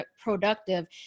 productive